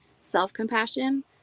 self-compassion